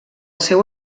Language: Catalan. seu